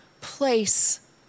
place